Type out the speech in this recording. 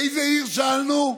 איזו עיר, שאלנו?